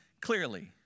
clearly